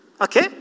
Okay